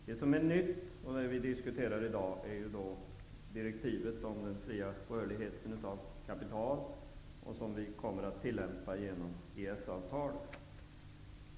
Det som är nytt och det vi diskuterar i dag är direktivet om den fria rörligheten för kapital som vi kommer att tillämpa genom EES-avtalet.